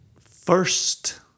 First